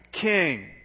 King